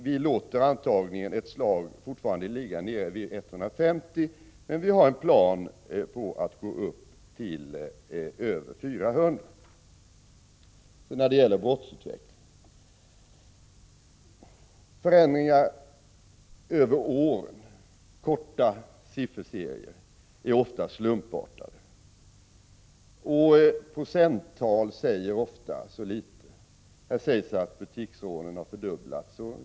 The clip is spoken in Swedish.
Vi låter antagningen ännu ett slag ligga nere vid 150 aspiranter, men vi har en plan på att gå upp till över 400. Så några ord om brottsutvecklingen. Förändringar över åren, korta sifferserier, är inte sällan slumpartade, och procenttal säger ofta så litet. Här sägs att antalet butiksrån har fördubblats.